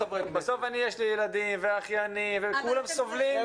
בסוף יש לי ילדים ואחיינים וכולם סובלים.